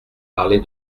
parler